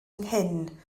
nghyn